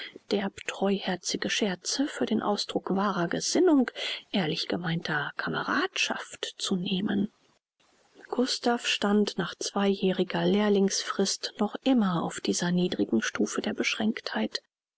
sind derbtreuherzige scherze für den ausdruck wahrer gesinnung ehrlich gemeinter cameradschaft zu nehmen gustav stand nach zweijähriger lehrlingsfrist noch immer auf dieser niedrigen stufe der beschränktheit